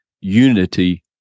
unity